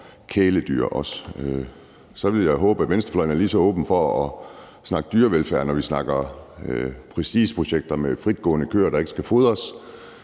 kæledyr, og så vil jeg håbe, at venstrefløjen er lige så åben over for at snakke om dyrevelfærd, når det handler om prestigeprojekter med fritgående køer, der ikke skal fodres,